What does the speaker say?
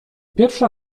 pierwsza